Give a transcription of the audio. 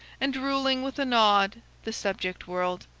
and ruling with a nod the subject world.